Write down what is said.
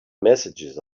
messages